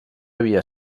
havia